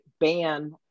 ban